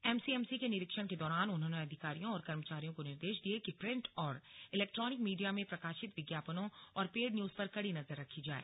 MCMC के निरीक्षण के दौरान उन्होंने अधिकारियों और कर्मचारियों को निर्देश दिये कि प्रिंट और इलेक्ट्रानिक मीडिया में प्रकाशित विज्ञापनों और पेड न्यूज पर कड़ी नजर रखी जाए